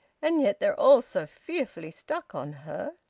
and yet they're all so fearfully stuck on her.